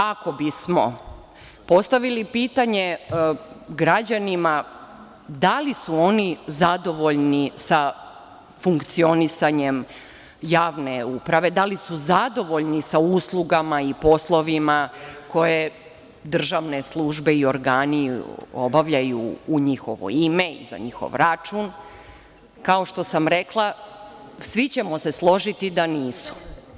Ako bismo postavili pitanje građanima da li su oni zadovoljni sa funkcionisanjem javne uprave, da li su zadovoljni sa uslugama i poslovima koje državni službe i organi obavljaju u njihovo ime i za njihov račun, kao što sam rekla, svi ćemo se složiti da nisu.